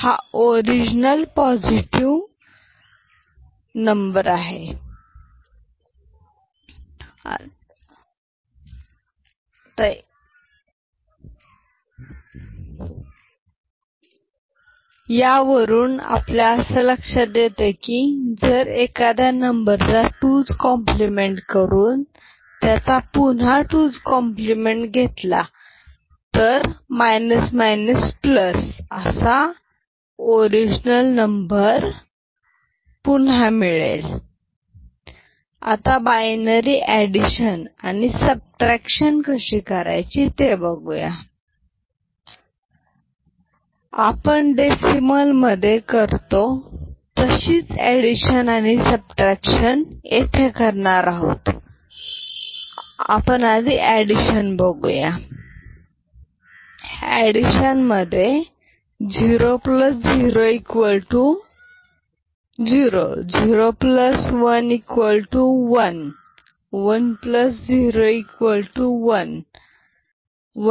हा original positive number plus one यावरून आपल्या असे लक्षात येते की जर एखाद्या नंबरचा 2s कॉम्प्लिमेंट करून त्याचा पुन्हा 2s कॉम्प्लिमेंट केला तर मायनस मायनस प्लस असा ओरिजनल नंबर पुन्हा मिळेल आता बाइनरी एडिशन आणि सबट्राक्शन कशी करायची ते बघुया आपण डेसिमल मध्ये करतो तशीच एडिशन आणि सबट्राक्शन येथे करणार आहोत आपण आधी ऍडीशन बघूया 00 011 101 112